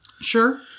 Sure